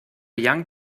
young